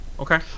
Okay